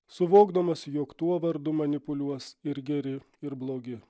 suvokdamas jog tuo vardu manipuliuos ir geri ir blogi